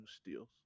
steals